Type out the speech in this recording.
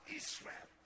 israel